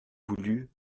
voulu